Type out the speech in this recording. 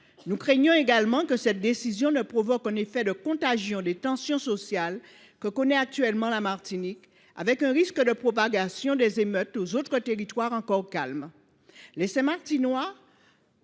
Nous craignons également que cette décision ne provoque un effet de contagion des tensions sociales que connaît actuellement la Martinique, avec un risque de propagation des émeutes aux autres territoires, encore calmes. Les Saint Martinois,